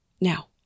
Now